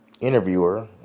interviewer